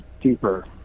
deeper